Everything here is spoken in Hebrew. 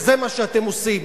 וזה מה שאתם עושים.